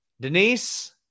Denise